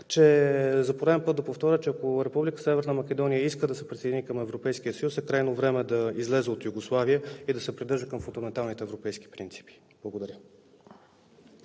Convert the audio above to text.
и за пореден път да повторя, че ако Република Северна Македония иска да се присъедини към Европейския съюз, е крайно време да излезе от Югославия и да се придържа към фундаменталните европейски принципи. Благодаря.